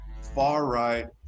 far-right